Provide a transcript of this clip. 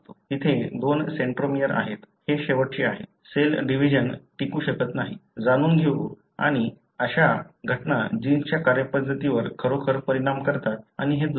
तिथे दोन सेंट्रोमीटर आहेत हे शेवटचे आहे सेल डिव्हिजन टिकू शकत नाही जाणून घ्या आणि अशा घटना जिन्सच्या कार्यपद्धतीवर खरोखर परिणाम करतात आणि हे दुर्मिळ आहेत